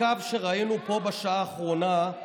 שראינו פה בשעה האחרונה,